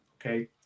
Okay